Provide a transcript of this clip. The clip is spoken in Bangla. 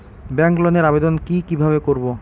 ব্যাংক লোনের আবেদন কি কিভাবে করব?